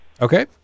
Okay